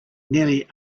nearly